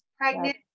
pregnant